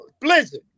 blizzard